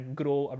grow